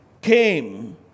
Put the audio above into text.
came